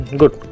good